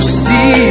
see